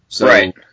Right